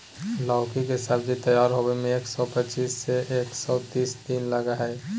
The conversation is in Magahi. लौकी के सब्जी तैयार होबे में एक सौ पचीस से एक सौ तीस दिन लगा हइ